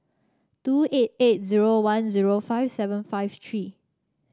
two eight eight zero one zero five seven five three